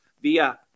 via